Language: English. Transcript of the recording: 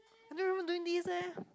I don't remember doing this leh